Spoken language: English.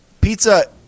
Pizza